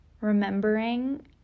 remembering